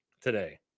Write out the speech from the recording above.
today